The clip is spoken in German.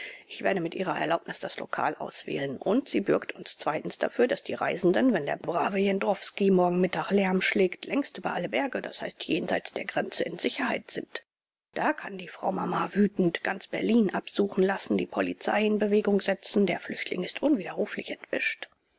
ich werde mit ihrer erlaubnis das lokal auswählen und sie bürgt uns zweitens dafür daß die reisenden wenn der brave jendrowski morgen mittag lärm schlagt längst über alle berge das heißt jenseits der grenze in sicherheit sind da kann die frau mama wüten ganz berlin absuchen lassen die polizei in bewegung setzen der flüchtling ist unwiderruflich entwischt